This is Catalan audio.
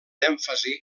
èmfasi